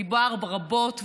דובר בו רבות,